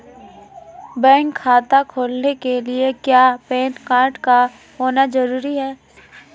Bank खाता खोलने के लिए क्या पैन कार्ड का होना ज़रूरी है?